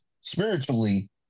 spiritually